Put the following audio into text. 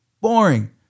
boring